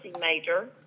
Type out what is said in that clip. major